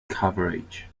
coverage